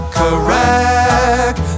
correct